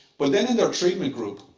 but then in their treatment group,